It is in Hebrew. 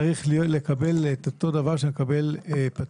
צריך לקבל את אותו הסכום שמקבל פצוע